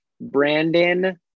Brandon